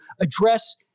address